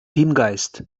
teamgeist